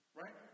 right